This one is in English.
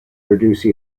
produce